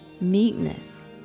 meekness